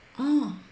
oh